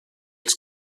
els